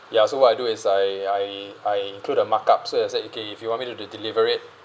ya so what I do is I I I include the markup so I said okay if you want me to deliver it